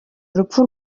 urupfu